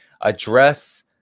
address